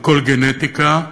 הכול גנטיקה,